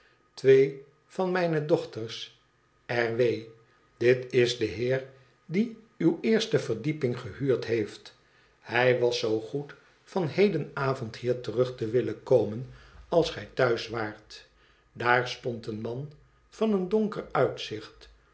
twee van mijne dochters r w dit is de heer die uwe eerste verdieping gehuurd heeft hij was zoo goed van heden avond hier terug te willen komen als gij thuis waart daar stond een man van een donker uitzicht